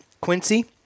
Quincy